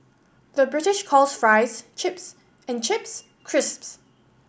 the British calls fries chips and chips crisps